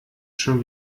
schon